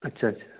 अच्छा अच्छा